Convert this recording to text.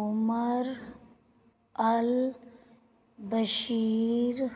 ਉਮਰ ਅਲ ਬਸ਼ੀਰ